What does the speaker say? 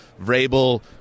Vrabel